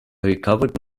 recovered